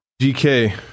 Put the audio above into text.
GK